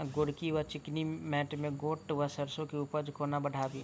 गोरकी वा चिकनी मैंट मे गोट वा सैरसो केँ उपज कोना बढ़ाबी?